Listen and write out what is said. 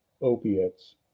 opiates